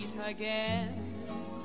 again